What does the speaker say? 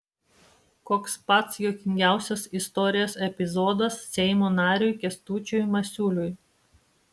koks pats juokingiausias istorijos epizodas seimo nariui kęstučiui masiuliui